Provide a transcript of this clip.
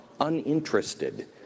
uninterested